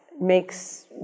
makes